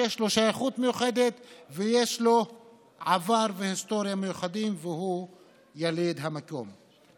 שיש לו שייכות מיוחדת ושיש לו עבר והיסטוריה מיוחדים והוא יליד המקום.